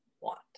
want